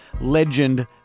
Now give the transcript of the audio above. legend